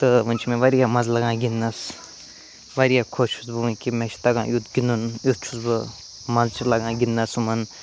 تہٕ وٕنۍ چھِ مےٚ واریاہ مَزٕ لَگان گِنٛدنَس واریاہ خوش چھُس بہٕ وٕنۍ کہِ مےٚ چھِ تَگان یُتھ گِنٛدُن یُتھ چھُس بہٕ مَزٕ چھِ لَگان گِنٛدنَس ہُمَن